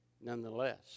nonetheless